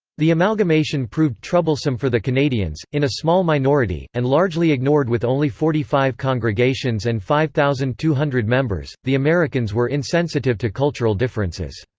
the amalgamation proved troublesome for the canadians, in a small minority, and largely ignored with only forty five congregations and five thousand two hundred members, the americans were insensitive to cultural differences.